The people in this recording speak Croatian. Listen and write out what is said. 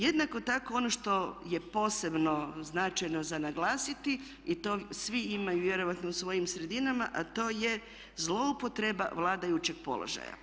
Jednako tako ono što je posebno značajno za naglasiti i to svi imaju vjerojatno u svojim sredinama a to je zlouporaba vladajućeg položaja.